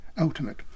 ultimate